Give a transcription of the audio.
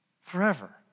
forever